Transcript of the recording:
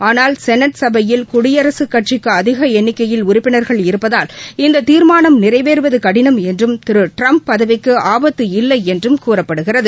ஆனால் செனட் சபையில் குடியரசுக் கட்சிக்கு அதிக எண்ணிக்கையில் உறுப்பினர்கள் இருப்பதால் இந்த தீர்மானம் நிறைவேறுவது கடினம் என்றும் திரு ட்டிரம்ப் பதவிக்கு ஆபத்து இல்லை என்றும் கூறப்படுகிறது